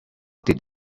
did